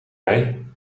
mij